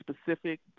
specific